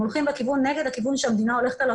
הם הולכים נגד הכיוון שהמדינה הולכת אליו